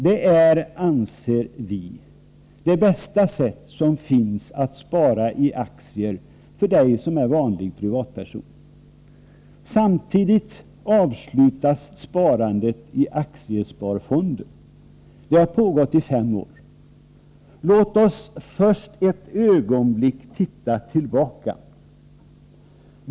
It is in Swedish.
Det är, anser vi, det bästa sätt som finns att spara i aktier för dig som är vanlig privatperson. Samtidigt avslutas sparandet i Aktiesparfonder. Det har pågått i fem år. Låt oss först ett ögonblick titta tillbaka.